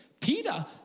Peter